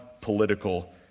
political